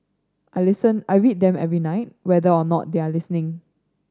I listen I read them every night whether or not they are listening